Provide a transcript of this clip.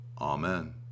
Amen